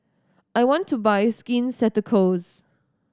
I want to buy Skin Ceuticals